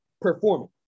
performing